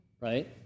Right